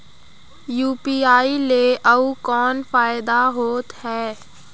UPI ले अउ कौन फायदा होथ है?